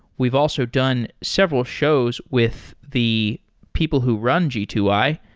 we've also done several shows with the people who run g two i,